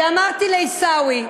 אמרתי לעיסאווי: